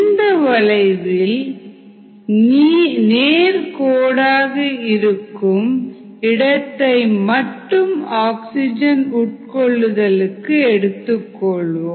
இந்த வளைவில் நீர் கோடாக இருக்கும் இடத்தை மட்டும் ஆக்சிஜன் உட்கொள்ளலுக்கு எடுத்துக்கொள்வோம்